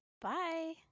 Bye